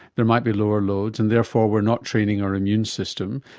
there might be lower loads, and therefore we're not training our immune system.